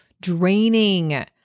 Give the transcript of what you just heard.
draining